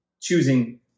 choosing